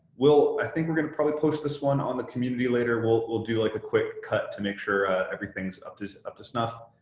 will, i think we're going to probably post this one on the community later. we'll do like a quick cut to make sure everything's up to to up to snuff.